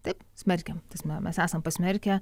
taip smerkiam mes esam pasmerkę